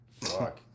Fuck